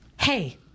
Hey